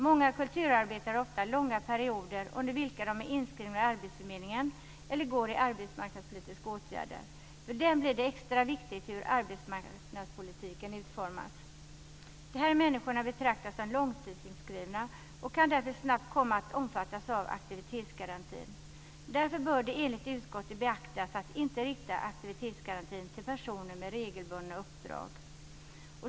Många kulturarbetare har ofta långa perioder under vilka de är inskrivna vid arbetsförmedlingen eller befinner sig i arbetsmarknadspolitiska åtgärder. För dem blir det extra viktigt hur arbetsmarknadspolitiken utformas. Dessa människor betraktas som långtidsinskrivna och kan därför snabbt komma att omfattas av aktivitetsgarantin. Därför bör det enligt utskottet beaktas så att man inte riktar aktivitetsgarantin till personer med regelbundna uppdrag.